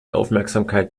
aufmerksamkeit